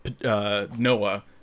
Noah